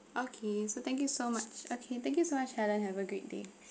okay so thank you so much okay thank you so much helen have a great day